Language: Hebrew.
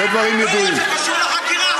לא, זה קשור לחקירה.